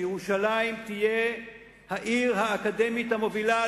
שירושלים תהיה העיר האקדמית המובילה,